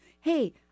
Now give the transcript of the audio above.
Hey